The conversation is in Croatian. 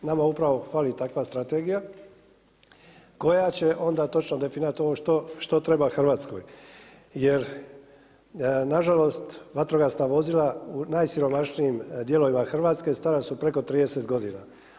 Nama upravo fali takva strategija koja će onda točno definirati ovo što treba Hrvatskoj jer nažalost vatrogasna vozila u najsiromašnijim dijelovima Hrvatske stara su preko 30 godina.